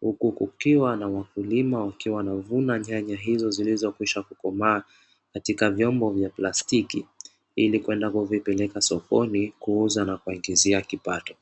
huku kukiwa na wakulima wakiwa wanavuna nyanya hizo zilizokwisha kukomaa katika vyombo vya plastiki, ili kwenda kuvipeleka sokoni kuuza na kuwaingiza kipato.